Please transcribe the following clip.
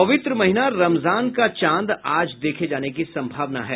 पवित्र महीना रमजान का चांद आज देखे जाने की संभावना है